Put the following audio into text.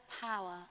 power